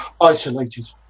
isolated